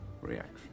Reaction